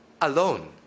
alone